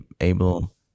able